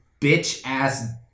bitch-ass